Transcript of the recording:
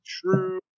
True